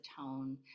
tone